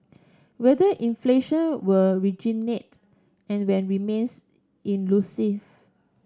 whether inflation will reignite and when remains elusive